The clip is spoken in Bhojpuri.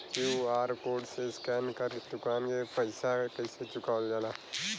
क्यू.आर कोड से स्कैन कर के दुकान के पैसा कैसे चुकावल जाला?